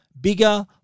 Bigger